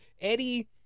Eddie